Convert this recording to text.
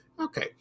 Okay